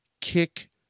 kick